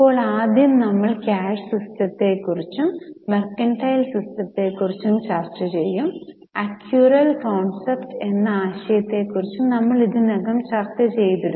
ഇപ്പോൾ ആദ്യം നമ്മൾ ക്യാഷ് സിസ്റ്റത്തെക്കുറിച്ചും മെർക്കന്റൈൽ സിസ്റ്റത്തെക്കുറിച്ചും ചർച്ച ചെയ്യും അക്യുറൽ കൺസെപ്റ്റ് എന്ന ആശയത്തെക്കുറിച്ച് നമ്മൾ ഇതിനകം ചർച്ചചെയ്തു